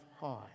high